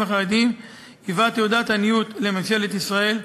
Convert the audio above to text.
החרדים היווה תעודת עניות לממשלת ישראל,